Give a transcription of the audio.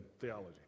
theology